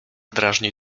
drażni